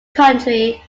country